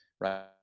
right